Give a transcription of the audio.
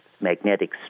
magnetic